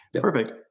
Perfect